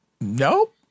Nope